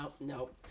nope